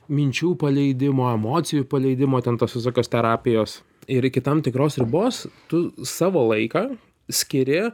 minčių paleidimo emocijų paleidimo ten tos visokios terapijos ir iki tam tikros ribos tu savo laiką skiri